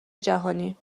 جهانی